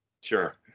Sure